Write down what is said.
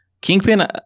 Kingpin